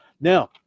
Now